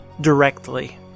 directly